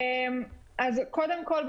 קודם כול,